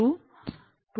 1 2